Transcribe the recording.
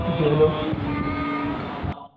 जी hello हाँ हाँ